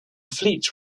fleet